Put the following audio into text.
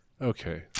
Okay